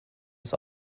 ist